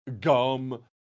gum